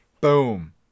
boom